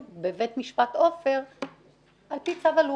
בבית המשפט עופר על פי צו אלוף.